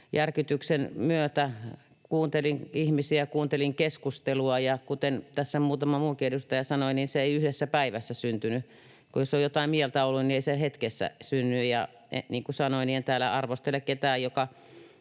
järkytyksen myötä kuuntelin ihmisiä ja kuuntelin keskustelua, ja kuten tässä muutama muukin edustaja sanoi, niin se päätös ei yhdessä päivässä syntynyt, kun jos on jotain mieltä ollut, niin ei se hetkessä synny. Niin kuin sanoin, niin en täällä arvostele ketään, joka